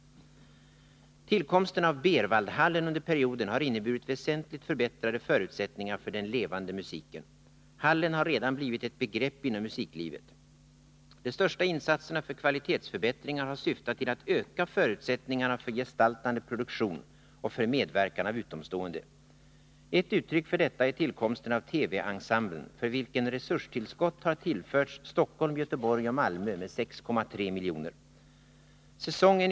Tillkomsten av Berwaldhallen under perioden har inneburit väsentligt förbättrade förutsättningar för den levande musiken. Hallen har redan blivit ett begrepp inom musiklivet. De största insatserna för kvalitetsförbättringar har syftat till att öka förutsättningarna för gestaltande produktion och för medverkan av utomstående. Ett uttryck för detta är tillkomsten av TV-ensemblen, för vilken resurstillskott har tillförts Stockholm, Göteborg och Malmö med 6,3 milj.kr.